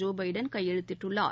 Joe Biden கையெழுத்திட்டுள்ளார்